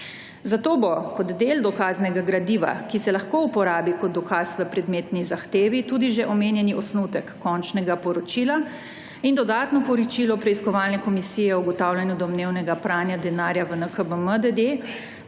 Zato bo, kot del dokaznega gradiva, ki se lahko uporabi kot dokaz v predmetni zahtevi, tudi 15. TRAK (VI) 10.10 (nadaljevanje) že omenjenih osnutek končnega poročila in dodatno poročilo preiskovalne komisije o ugotavljanju domnevnega pranja denarja v NKB